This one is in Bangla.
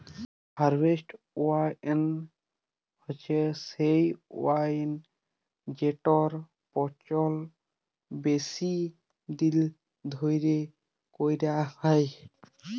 হারভেস্ট ওয়াইন হছে সে ওয়াইন যেটর পচল বেশি দিল ধ্যইরে ক্যইরা হ্যয়